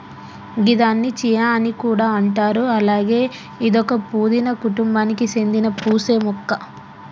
గిదాన్ని చియా అని కూడా అంటారు అలాగే ఇదొక పూదీన కుటుంబానికి సేందిన పూసే మొక్క